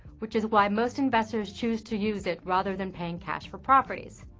which is why most investors choose to use it rather than paying cash for properties.